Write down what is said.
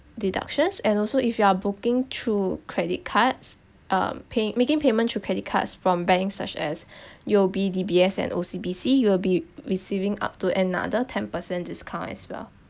deductions and also if you are booking through credit cards um pay making payments through credit cards from banks such as U_O_B D_B_S and O_C_B_C you will be receiving up to another ten percent discount as well